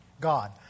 God